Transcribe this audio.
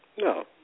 No